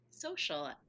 social